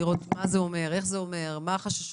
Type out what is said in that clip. לבדוק מה זה אומר, איך זה אומר, מה החששות.